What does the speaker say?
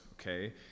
okay